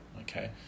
okay